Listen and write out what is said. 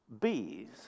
bees